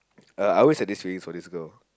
uh I always had this feelings for this girl